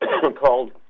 called